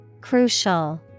Crucial